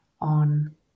on